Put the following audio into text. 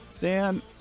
Dan